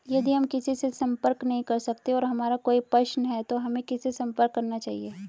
यदि हम किसी से संपर्क नहीं कर सकते हैं और हमारा कोई प्रश्न है तो हमें किससे संपर्क करना चाहिए?